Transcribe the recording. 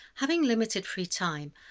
having limited free time,